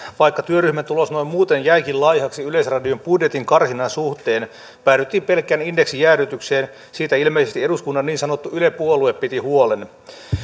vaikka työryhmän tulos noin muuten jäikin laihaksi yleisradion budjetin karsinnan suhteen päädyttiin pelkkään indeksijäädytykseen siitä ilmeisesti eduskunnan niin sanottu yle puolue piti huolen